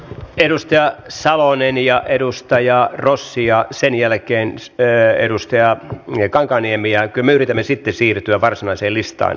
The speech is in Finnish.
edustaja salonen ja edustaja rossi ja sen jälkeen edustaja kankaanniemi ja kyllä me yritämme sitten siirtyä varsinaiseen listaan